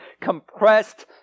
compressed